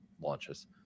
launches